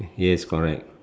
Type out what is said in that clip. yes correct